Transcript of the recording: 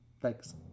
Thanks